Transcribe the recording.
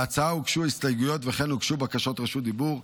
להצעה הוגשו הסתייגויות וכן הוגשו בקשות רשות דיבור.